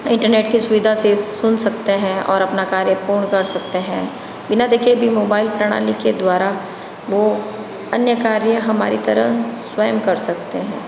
internet के सुविधा से सुन सकते हैं और अपना कार्य पूर्ण कर सकते हैं बिना देखे भी मोबाईल प्रणाली के द्वारा वो अन्य कार्य हमारी तरह स्वयं कर सकते हैं